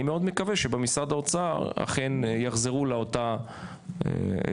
אני מאוד מקווה שבמשרד האוצר אכן יחזרו לאותה מתכונת,